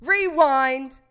Rewind